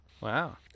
Wow